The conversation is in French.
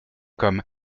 comme